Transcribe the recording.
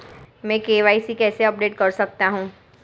मैं के.वाई.सी कैसे अपडेट कर सकता हूं?